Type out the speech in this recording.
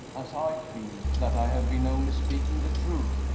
as i feel, that i have been only speaking the truth.